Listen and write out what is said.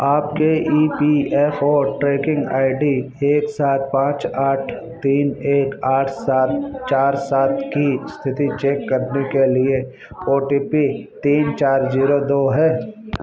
आपके E S I C tracking I D एक सात पाँच आठ तीन एक आठ सात चार सात की स्थिति चेक करने के लिए ओ टी पी तीन चार जीरो दो है